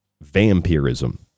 vampirism